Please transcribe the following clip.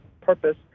purpose